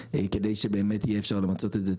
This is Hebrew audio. וכדי שבאמת אפשר יהיה למצות את זה,